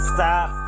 Stop